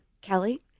Kelly